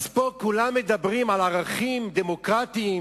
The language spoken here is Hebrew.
אז פה כולם מדברים על ערכים דמוקרטיים,